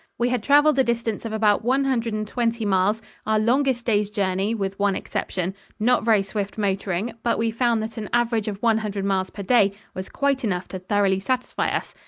we had travelled a distance of about one hundred and twenty miles our longest day's journey, with one exception not very swift motoring, but we found that an average of one hundred miles per day was quite enough to thoroughly satisfy us,